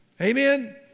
Amen